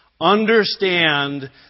Understand